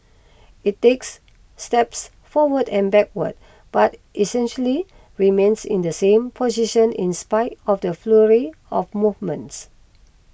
it takes steps forward and backward but essentially remains in the same position in spite of the flurry of movements